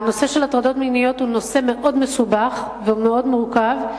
הנושא של הטרדות מיניות הוא נושא מאוד מסובך ומאוד מורכב,